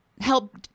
help